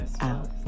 Out